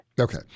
Okay